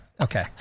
Okay